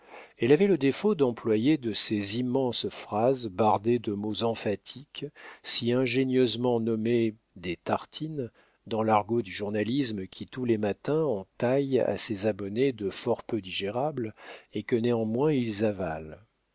elle avait le défaut d'employer de ces immenses phrases bardées de mots emphatiques si ingénieusement nommées des tartines dans l'argot du journalisme qui tous les matins en taille à ses abonnés de fort peu digérables et que néanmoins ils avalent